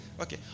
Okay